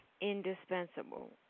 indispensable